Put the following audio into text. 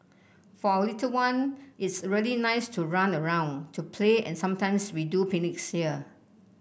for our little one it's really nice to run around to play and sometimes we do picnics here